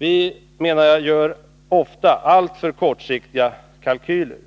Vi gör ofta alltför kortsiktiga kalkyler.